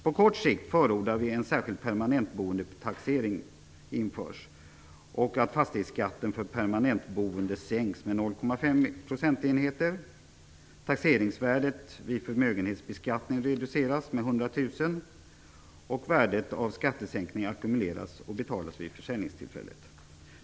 På kort sikt förordar vi att en särskild permanentboendetaxering införs och att fastighetsskatten för permanentboende sänks med 0,5 procentenheter, taxeringsvärdet vid förmögenhetsbeskattning reduceras med 100 000 kr och värdet av skattesänkningar ackumuleras och betalas vid försäljningstillfället.